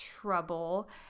trouble